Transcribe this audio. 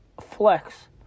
flex